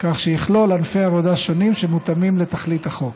כך שיכלול ענפי עבודה שונים שמותאמים לתכלית החוק.